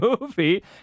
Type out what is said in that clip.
movie